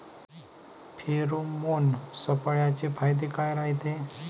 Pheromone सापळ्याचे फायदे काय रायते?